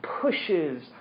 pushes